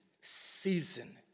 season